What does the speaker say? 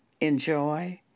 enjoy